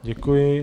Děkuji.